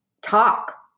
talk